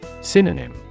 Synonym